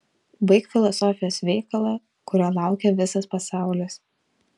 baik filosofijos veikalą kurio laukia visas pasaulis